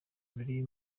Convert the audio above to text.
biri